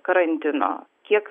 karantino kiek